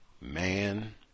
Man